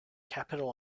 capital